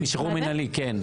שחרור מנהלי, כן.